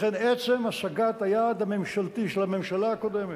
לכן, עצם השגת היעד הממשלתי של הממשלה הקודמת,